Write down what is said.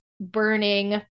burning